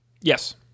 Yes